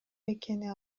экени